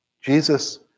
Jesus